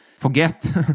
forget